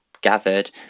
gathered